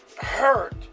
hurt